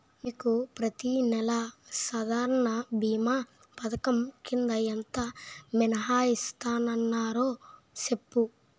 నీకు ప్రతి నెల సాధారణ భీమా పధకం కింద ఎంత మినహాయిస్తన్నారో సెప్పు